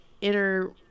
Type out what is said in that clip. inner